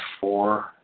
four